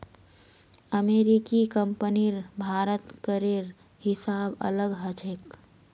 अमेरिकी कंपनीर भारतत करेर हिसाब अलग ह छेक